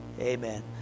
Amen